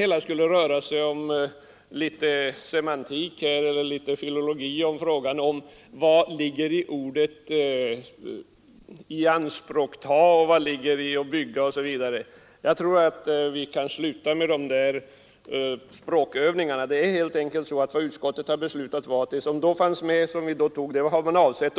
Herr Sjönell säger att vi måste ta till semantik och filologi för att avgöra vad som ligger i ordet ”ianspråkta” och vad som ligger i ordet ”bygga”. Jag tror att vi kan sluta med de där språkövningarna. Utskottets beslut innebar helt enkelt att de anläggningar som då fanns med skall